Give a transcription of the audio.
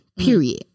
Period